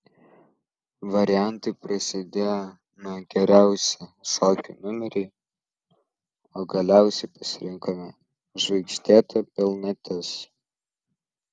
variantai prasidėjo nuo geriausi šokių numeriai o galiausiai pasirinkome žvaigždėta pilnatis